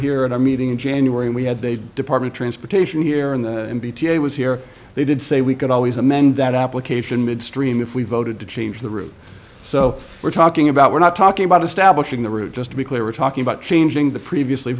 at our meeting in january and we had the department transportation here in the bta was here they did say we could always amend that application midstream if we voted to change the route so we're talking about we're not talking about establishing the route just to be clear we're talking about changing the previously